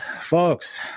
folks